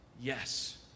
Yes